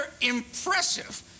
impressive